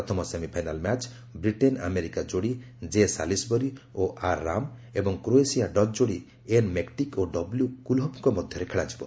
ପ୍ରଥମ semifinal match Britain America ଯୋଡ଼ି J Salisbury ଓ ଆର୍ରାମ ଏବଂ କ୍ରୋଏସିଆ ଡଚ୍ ଯୋଡ଼ି ଏନ୍ମେକ୍ଟିକ୍ ଓ ଡବ୍ଲ୍ୟ କୁଲ୍ହୋଫଙ୍କ ମଧ୍ୟରେ ଖେଳାଯିବ